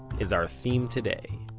is our theme today,